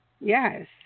Yes